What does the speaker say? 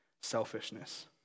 selfishness